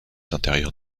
intérieurs